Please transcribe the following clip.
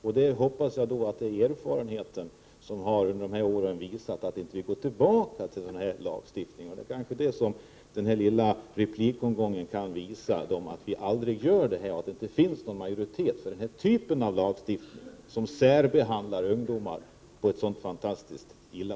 Jag hoppas att det är erfarenheten under de här åren som har visat att vi inte kan gå tillbaka till den gamla lagstiftningen. Den här lilla replikomgången kan kanske visa att det inte finns någon majoritet för denna typ av lagstiftning, som särbehandlar ungdomar så fantastiskt illa.